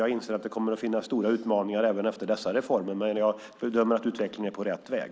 Jag inser att det kommer att finnas stora utmaningar även efter dessa reformer. Jag bedömer dock att utvecklingen är på rätt väg.